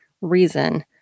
reason